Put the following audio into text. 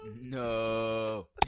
No